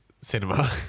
cinema